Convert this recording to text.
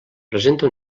presenta